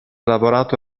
lavorato